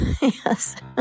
yes